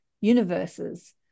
universes